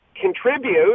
contribute